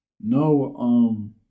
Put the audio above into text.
no